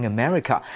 America